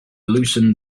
loosened